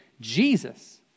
Jesus